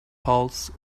pulse